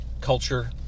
culture